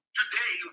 today